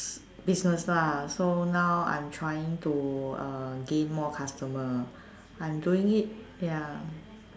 business lah so now I'm trying to uh gain more customer I'm doing it ya